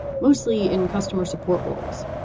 mostly in customer support roles.